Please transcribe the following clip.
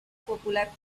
popular